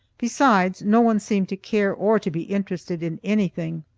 besides, no one seemed to care or to be interested in anything.